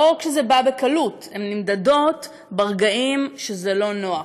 לא כשזה בא בקלות, הן נמדדות ברגעים שזה לא נוח.